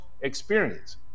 experience